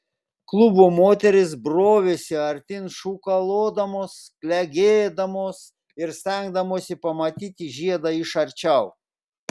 klubo moterys brovėsi artyn šūkalodamos klegėdamos ir stengdamosi pamatyti žiedą iš arčiau